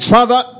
Father